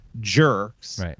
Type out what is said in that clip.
jerks